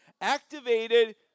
activated